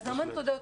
אז המון תודות,